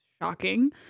Shocking